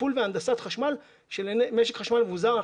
תפעול בהנדסת חשמל של משק חשמל מבוזר.